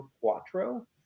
quattro